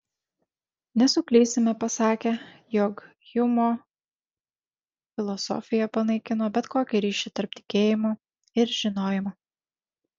nesuklysime pasakę jog hjumo filosofija panaikino bet kokį ryšį tarp tikėjimo ir žinojimo